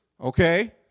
Okay